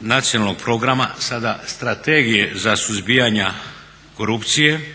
Nacionalnog programa sada Strategije za suzbijanja korupcije